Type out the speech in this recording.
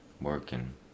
Working